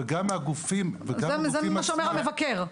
וגם הגופים --- זה מה שאומר המבקר.